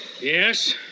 Yes